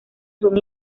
son